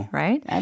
right